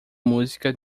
música